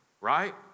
right